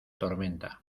tormenta